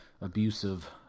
abusive